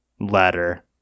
ladder